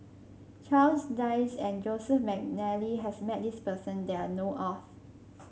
Charles Dyce and Joseph McNally has met this person that I know of